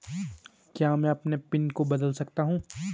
क्या मैं अपने पिन को बदल सकता हूँ?